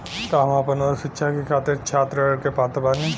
का हम आपन उच्च शिक्षा के खातिर छात्र ऋण के पात्र बानी?